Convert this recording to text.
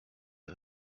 des